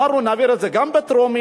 אמרנו: נעביר את זה גם בטרומית